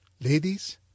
ladies